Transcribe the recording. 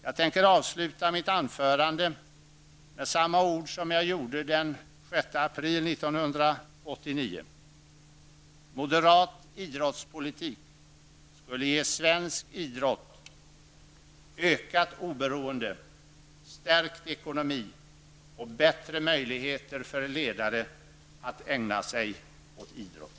Jag tänker avsluta mitt anförande med samma ord som jag gjorde den 6 april 1989: Moderat idrottspolitik skulle ge svensk idrott ökat oberoende, stärkt ekonomi och bättre möjligheter för ledare att ägna sig åt idrott.